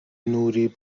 نوری